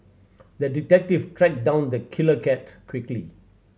the detective tracked down the killer cat quickly